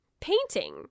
painting